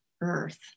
earth